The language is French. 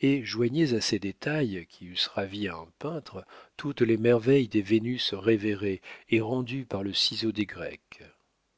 et joignez à ces détails qui eussent ravi un peintre toutes les merveilles des vénus révérées et rendues par le ciseau des grecs